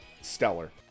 stellar